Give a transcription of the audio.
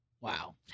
Wow